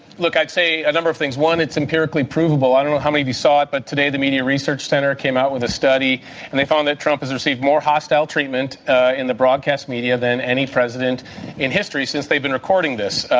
look, i'd say a number of things. one, it's empirically provable. i don't know how many of you saw it but, today, the media research center came out with a study and they found that trump has received more hostile treatment in the broadcast media than any president in history since they've been recording this.